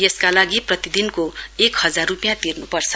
यसका लागि प्रतिदिन एक हजार रूपियाँ तिर्नु पर्छ